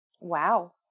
wow